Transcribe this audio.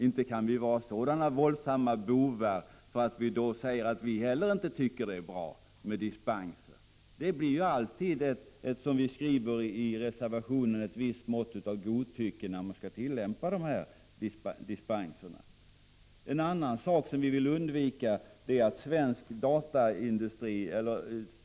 Inte kan vi vara sådana våldsamma bovar när vi då säger att vi heller inte tycker det är bra med dispenser. Det blir alltid, som vi skriver i reservationen, ett visst mått av godtycke när man tillämpar dispensreglerna. En annan sak som vi vill undvika gäller svensk dataindustri.